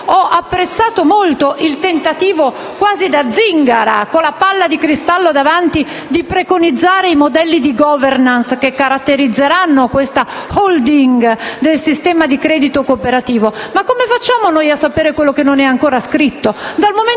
ho apprezzato molto il tentativo, quasi da zingara con la palla di cristallo, di preconizzare i modelli di *governance* che caratterizzeranno questa *holding* del sistema di credito cooperativo. Ma come facciamo a sapere ciò che non è ancora scritto,